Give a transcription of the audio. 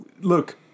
Look